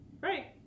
Right